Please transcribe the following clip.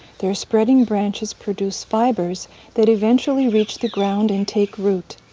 their spreading branches produce fibers that eventually reach the ground and take root.